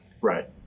Right